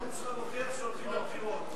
הנאום שלך מוכיח שהולכים לבחירות.